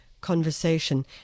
conversation